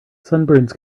sunburns